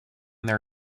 their